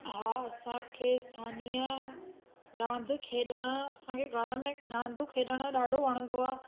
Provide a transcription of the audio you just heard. हा असांखे स्थानीय रांधि खेॾणु असांखे घर में रांधूं खेॾणु ॾाढो वणंदो आहे